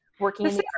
working